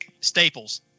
staples